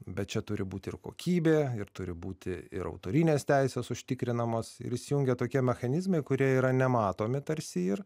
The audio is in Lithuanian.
bet čia turi būti ir kokybė ir turi būti ir autorinės teisės užtikrinamos ir įsijungia tokie mechanizmai kurie yra nematomi tarsi ir